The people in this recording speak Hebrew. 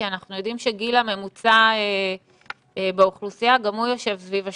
כי אנחנו יודעים שגיל הממוצע באוכלוסייה גם הוא יושב סביב ה-80,